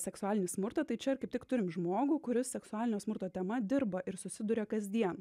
seksualinį smurtą tai čia ir kaip tik turim žmogų kuris seksualinio smurto tema dirba ir susiduria kasdien